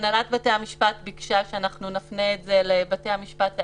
הנהלת בתי המשפט ביקשה שאנחנו נפנה את זה לבתי המשפט האלה,